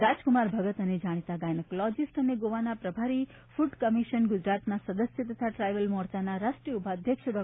રાજકુમાર ભગત અને જાણીતા ગાયનોલોજીસ્ટ અને ગોવાના પ્રભારીફૂડ કમીશન ગુજરાતના સદસ્ય તથા ટ્રાઇબલ મોરચાના રાષ્ટ્રીય ઉપાધ્યક્ષ ડો